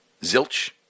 Zilch